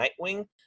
Nightwing